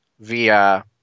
via